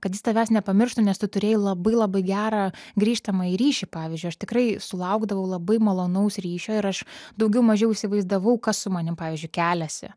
kad jis tavęs nepamirštų nes tu turėjai labai labai gerą grįžtamąjį ryšį pavyzdžiui aš tikrai sulaukdavau labai malonaus ryšio ir aš daugiau mažiau įsivaizdavau kas su manim pavyzdžiui keliasi